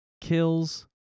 Kills